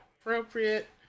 appropriate